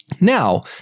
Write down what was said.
Now